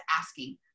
asking